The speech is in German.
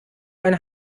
ein